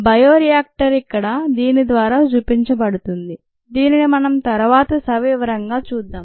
bio reactor ఇక్కడ దీని ద్వారా చూపింఛబడింది దీనిని మనం తరువాత సవివరంగా చూద్దాం